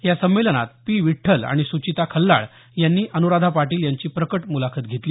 या संमेलनात पी विठ्ठल आणि सुचिता खल्लाळ यांनी अनुराधा पाटील यांची प्रकट मुलाखत घेतली